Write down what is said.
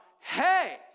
hey